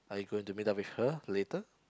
are you going to meet up with her later